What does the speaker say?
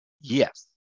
yes